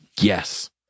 Yes